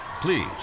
Please